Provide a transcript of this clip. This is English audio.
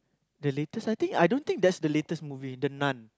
the latest I think I don't think that's the latest movie the Nun